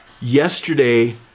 yesterday